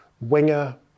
winger